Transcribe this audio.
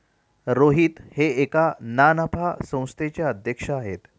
रोहित हे एका ना नफा संस्थेचे अध्यक्ष आहेत